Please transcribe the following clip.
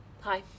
Hi